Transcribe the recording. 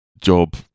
job